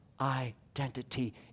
identity